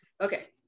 Okay